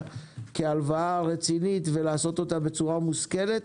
כהלוואה רצינית ולעשותה בצורה מושכלת,